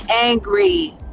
angry